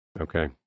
Okay